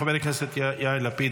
חבר הכנסת יאיר לפיד,